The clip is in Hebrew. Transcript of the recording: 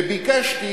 וביקשתי